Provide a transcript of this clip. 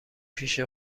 پیش